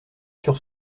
sur